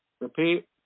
Repeat